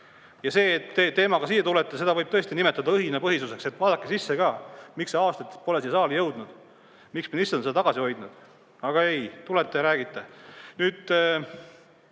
et te teemaga siia tulete, võib tõesti nimetada õhinapõhisuseks. Vaadake sisse ka, miks see aastaid pole siia saali jõudnud, miks ministrid on seda tagasi hoidnud! Aga ei, te tulete ja räägite.